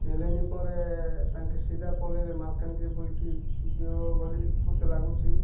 ନେଲେନି ପରେ ତାଙ୍କ ସିଧା ପଳେଇଲେ ମାଲକାନଗିରି ବୋଲିକି ଯିବା ବୋଲି ମତେ ଲାଗୁଛି